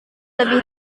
lebih